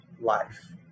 life